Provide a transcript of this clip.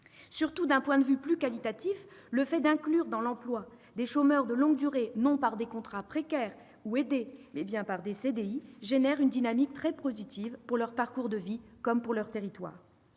Surtout, d'un point de vue plus qualitatif, le fait d'inclure dans l'emploi des chômeurs de longue durée non par des contrats précaires ou aidés, mais bien par des CDI, génère une dynamique très positive pour leur parcours de vie comme pour leur territoire.